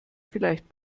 vielleicht